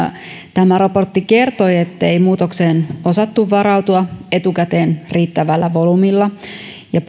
tämä raportti kertoi ettei muutokseen osattu varautua etukäteen riittävällä volyymilla ja